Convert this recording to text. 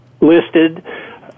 listed